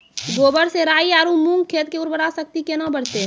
गोबर से राई आरु मूंग खेत के उर्वरा शक्ति केना बढते?